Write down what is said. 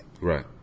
right